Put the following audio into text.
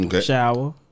shower